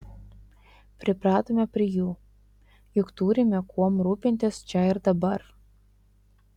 pripratome prie jų juk turime kuom rūpintis čia ir dabar